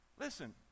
Listen